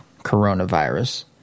coronavirus